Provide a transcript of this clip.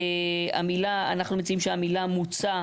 אנחנו מציעים שהמילה "מוצע,